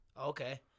Okay